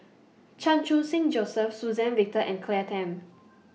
Chan Khun Sing Joseph Suzann Victor and Claire Tham